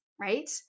right